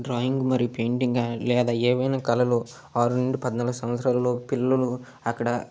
drawing మరియు painting కానీ లేదా ఏవైనా కళలు ఆరు నుండి పద్నాలుగు సంవత్సరాలలోపు పిల్లలు అక్కడ